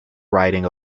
riding